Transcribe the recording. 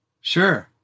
Sure